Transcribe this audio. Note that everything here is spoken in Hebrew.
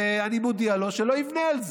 ואני מודיע לו שלא יבנה על זה.